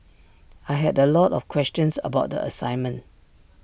I had A lot of questions about the assignment